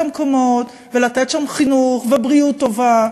המקומות ולתת שם חינוך טוב ובריאות טובה,